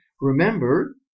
Remember